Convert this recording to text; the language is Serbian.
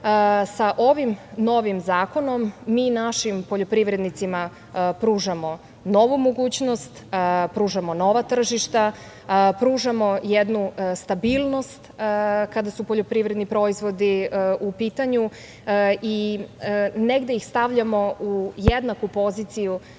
Sa ovim novim zakonom mi našim poljoprivrednicima pružamo novu mogućnost, pružamo nova tržišta, pružamo jednu stabilnost, kada su poljoprivredni proizvodi u pitanju i negde ih stavljamo u jednaku poziciju